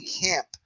camp